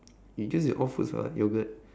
is used is in all foods [what] yoghurt